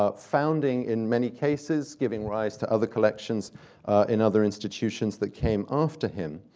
ah founding in many cases, giving rise to other collections in other institutions that came after him.